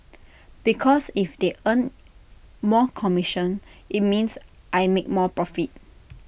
because if they earn more commission IT means I make more profit